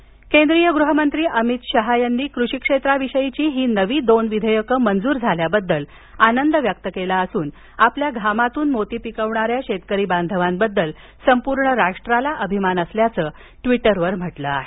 शहा केंद्रीय गृहमंत्री अमित शहा यांनी कृषीक्षेत्राविषयीची ही नवी दोन विधेयकं मंजूर झाल्याबद्दल आनंद व्यक्त केला असून आपल्या घामातून मोती पिकविणाऱ्या शेतकरी बाधवांबद्दल संपूर्ण राष्ट्राला अभिमान असल्याच ट्वीटरवर म्हटलं आहे